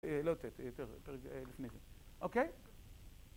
לא יותר, יותר לפני זה, אוקיי?